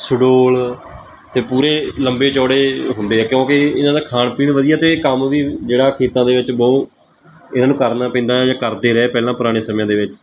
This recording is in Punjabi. ਸਡੋਲ ਅਤੇ ਪੂਰੇ ਲੰਬੇ ਚੌੜੇ ਹੁੰਦੇ ਆ ਕਿਉਂਕਿ ਇਹਨਾਂ ਦਾ ਖਾਣ ਪੀਣ ਵਧੀਆ ਅਤੇ ਇਹ ਕੰਮ ਵੀ ਜਿਹੜਾ ਖੇਤਾਂ ਦੇ ਵਿੱਚ ਬਹੁਤ ਇਹਨਾਂ ਨੂੰ ਕਰਨਾ ਪੈਂਦਾ ਜਾਂ ਕਰਦੇ ਰਹੇ ਪਹਿਲਾਂ ਪੁਰਾਣੇ ਸਮਿਆਂ ਦੇ ਵਿੱਚ